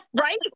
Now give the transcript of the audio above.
Right